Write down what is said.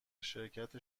شرکت